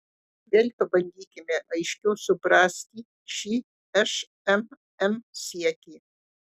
vėl pabandykime aiškiau suprasti šį šmm siekį